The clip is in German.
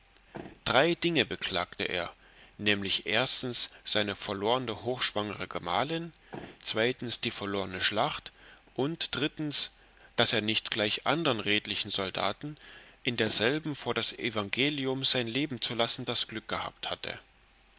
drei dinge beklagte er nämlich erstens seine verlorne hochschwangre gemahlin die verlorne schlacht und drittens daß er nicht gleich andern redlichen soldaten in derselben vor das evangelium sein leben zu lassen das glück gehabt hätte